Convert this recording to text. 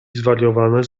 zwariowane